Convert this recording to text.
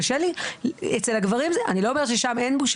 אם אני אגיד שקשה לי ואני אגיד שאני מתמודדת,